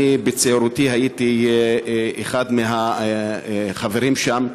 אני בצעירותי הייתי אחד מהחברים שם.